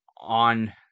on